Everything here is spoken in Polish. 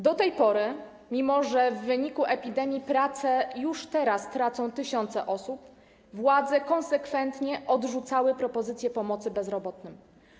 Do tej pory, mimo że w wyniku epidemii pracę już teraz tracą tysiące osób, władze konsekwentnie odrzucały propozycję pomocy bezrobotnym.